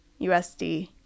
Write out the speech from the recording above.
USD